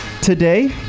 today